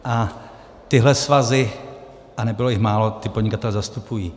A tyhle svazy, a nebylo jich málo, ty podnikatele zastupují.